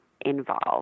involved